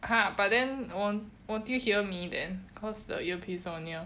!huh! but then won't won't it hear me then cause the earpiece so near